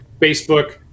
facebook